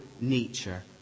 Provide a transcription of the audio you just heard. nature